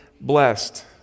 blessed